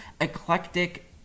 eclectic